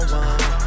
one